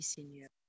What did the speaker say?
Seigneur